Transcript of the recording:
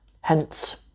Hence